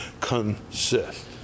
consist